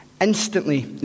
instantly